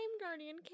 guardian